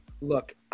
look